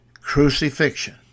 crucifixion